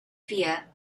via